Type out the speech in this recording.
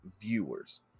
viewers